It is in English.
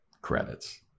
Credits